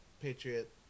Patriot